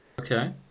Okay